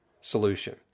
solution